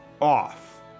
off